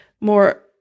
more